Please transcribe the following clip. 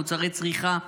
מוצרי צריכה.